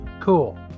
cool